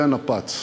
היא הנפָּץ,